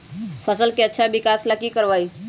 फसल के अच्छा विकास ला की करवाई?